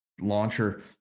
launcher